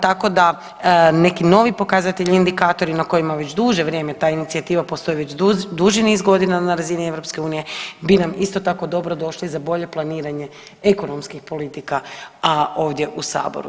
Tako da neki novi pokazatelji i indikatori na kojima već duže vrijeme ta inicijativa postoji, već duži niz godina na razini EU bi nam isto tako dobro došli za bolje planiranje ekonomskih politika, a ovdje u saboru.